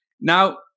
Now